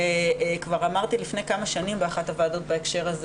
וכבר אמרתי לפני כמה שנים באחת הוועדות בהקשר הזה